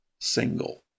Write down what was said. single